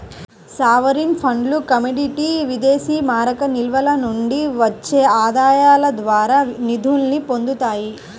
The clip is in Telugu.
సావరీన్ ఫండ్లు కమోడిటీ విదేశీమారక నిల్వల నుండి వచ్చే ఆదాయాల ద్వారా నిధుల్ని పొందుతాయి